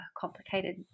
complicated